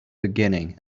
beginning